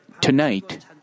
tonight